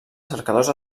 cercadors